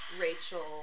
Rachel